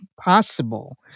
possible